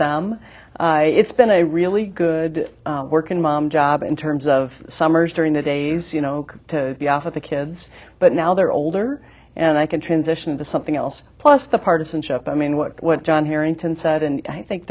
them it's been a really good working mom job in terms of summers during the days you know to be off of the kids but now they're older and i can transition to something else plus the partisanship i mean what john herrington said and i think